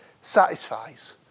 satisfies